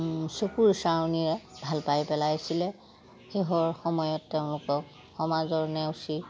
চকুৰ চাৱনিৰে ভাল পাই পেলাইছিলে শেহৰ সময়ত তেওঁলোকক সমাজৰ নেওচি